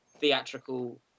theatrical